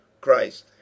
Christ